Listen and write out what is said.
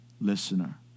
listener